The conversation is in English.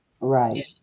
Right